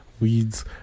weeds